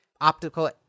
optical